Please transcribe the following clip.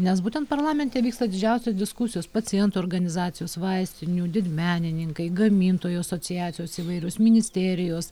nes būtent parlamente vyksta didžiausios diskusijos pacientų organizacijos vaistinių didmenininkai gamintojų asociacijos įvairios ministerijos